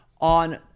on